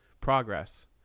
progress